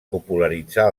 popularitzar